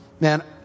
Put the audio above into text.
Man